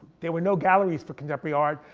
there were no galleries for contemporary art.